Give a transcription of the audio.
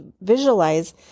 visualize